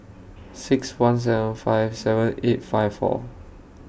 six one seven five seven eight five four